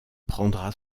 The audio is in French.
prendra